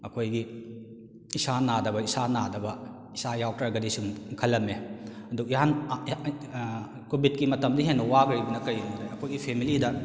ꯑꯩꯈꯣꯏꯒꯤ ꯏꯁꯥ ꯅꯥꯗꯕ ꯏꯁꯥ ꯅꯥꯗꯕ ꯏꯁꯥ ꯌꯥꯎꯔꯛꯇ꯭ꯔꯒꯗꯤ ꯁꯨꯝ ꯈꯜꯂꯝꯃꯦ ꯑꯗꯨ ꯀꯣꯚꯤꯠꯀꯤ ꯃꯇꯝꯗ ꯍꯦꯟꯅ ꯋꯥꯈ꯭ꯔꯤꯁꯤꯅ ꯀꯩꯒꯤꯅꯣꯗ ꯑꯩꯈꯣꯏꯒꯤ ꯐꯦꯃꯦꯂꯤꯗ